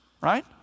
right